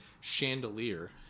chandelier